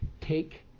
take